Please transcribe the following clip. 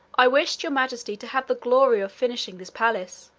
i wished your majesty to have the glory of finishing this palace.